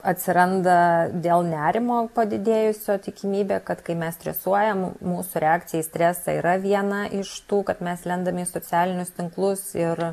atsiranda dėl nerimo padidėjusio tikimybė kad kai mes stresuojam mūsų reakcija į stresą yra viena iš tų kad mes lendame į socialinius tinklus ir